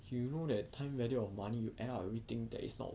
you know that time value of money you add up everything that is not